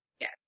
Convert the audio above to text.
Yes